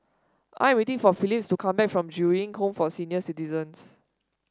I am waiting for Phillis to come back from Ju Eng Home for Senior Citizens